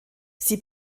sie